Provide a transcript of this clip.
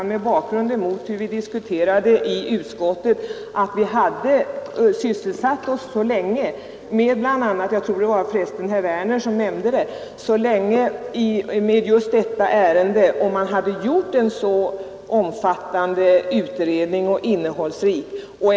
Jag gjorde det mot bakgrunden av hur vi diskuterade i utskottet, att vi hade sysselsatt oss så länge — jag tror för resten det var herr Werner som sade det — med just detta ärende och att det hade skett en så ”ådens ämbetsutöv omfattande och innehållsrik utredning.